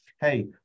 hey